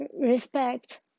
respect